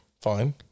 Fine